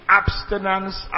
abstinence